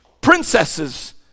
Princesses